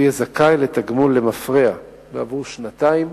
יהיה זכאי לתגמול למפרע בעבור שנתיים